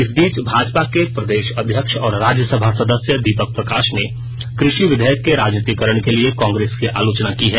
इस बीच भाजपा के प्रदेश अध्यक्ष और राज्यसभा सदस्य दीपक प्रकाश ने कृषि विधेयक के राजनीतिकरण के लिए कांग्रेस की आलोचना की है